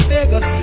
Vegas